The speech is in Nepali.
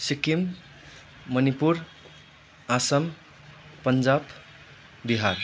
सिक्किम मणिपुर आसाम पन्जाब बिहार